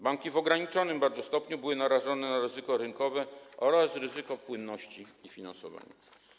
Banki w ograniczonym bardzo stopniu były narażone na ryzyko rynkowe oraz ryzyko płynności i finansowania.